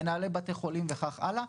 מנהלי בתי חולים וכך הלאה,